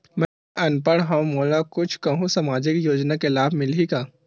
मैं अनपढ़ हाव मोला कुछ कहूं सामाजिक योजना के लाभ मिलही का?